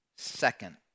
Second